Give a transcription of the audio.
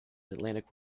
atlantic